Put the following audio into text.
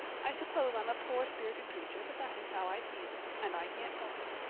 i suppose i'm a poor-spirited creature, but that is how i feel. and i can't help it.